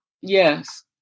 Yes